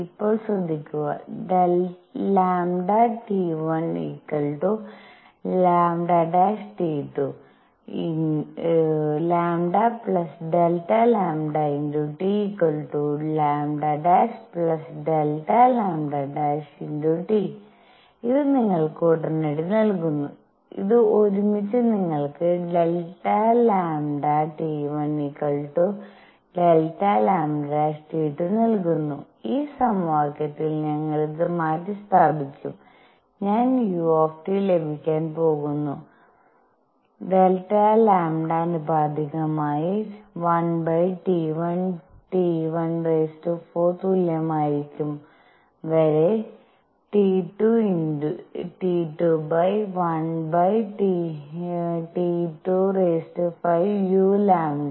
ഇപ്പോൾ ശ്രദ്ധിക്കുക λ T 1 λ T ₂ λ Δ λT λ Δ λT ഇത് നിങ്ങൾക്ക് ഉടനടി നൽകുന്നു ഇത് ഒരുമിച്ച് നിങ്ങൾക്ക് Δ λ T 1Δ λ T₂ നൽകുന്നു ഈ സമവാക്യത്തിൽ ഞങ്ങൾ ഇത് മാറ്റിസ്ഥാപിക്കും ഞാൻ u ലഭിക്കാൻ പോകുന്നു Δ λ ആനുപാതികമായി 1T₁T₁⁴ തുല്യമായിരിക്കും വരെ T₂1T₂⁵uλ